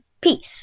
peace